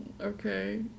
okay